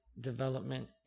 development